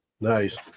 Nice